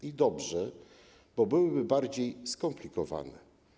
I dobrze, bo byłyby bardziej skomplikowane.